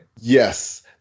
Yes